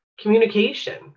communication